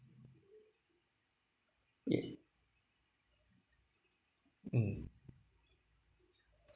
it mm